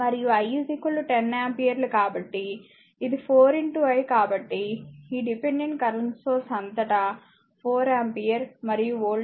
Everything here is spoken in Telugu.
మరియు I 10 ఆంపియర్లు కాబట్టి ఇది 4 I కాబట్టి ఈ డిపెండెంట్ కరెంట్ సోర్స్ అంతటా 4 ఆంపియర్ మరియు వోల్టేజ్ 22 వోల్ట్